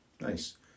Nice